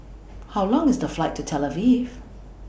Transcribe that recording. How Long IS The Flight to Tel Aviv